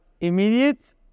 immediate